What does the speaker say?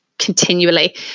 Continually